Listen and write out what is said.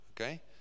Okay